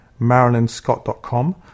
MarilynScott.com